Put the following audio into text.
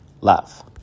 love